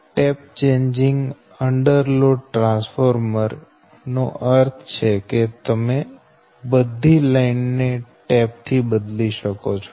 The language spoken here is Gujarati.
tap changing under load transformer નો અર્થ છે કે તમે બધી લાઇન ને ટેપ થી બદલી શકો છો